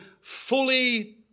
fully